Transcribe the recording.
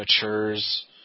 matures